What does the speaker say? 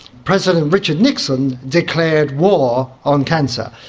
president richard nixon declared war on cancer.